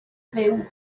fyw